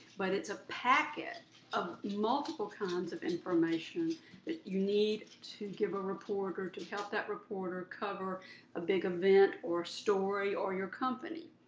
but it's a packet of multiple kinds of information that you need to give a reporter to help that reporter cover a big event, or story, or your company.